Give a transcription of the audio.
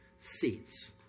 seats